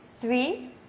three